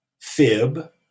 fib